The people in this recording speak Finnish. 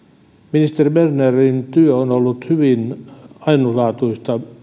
ministeri bernerin työ on ollut hyvin ainutlaatuista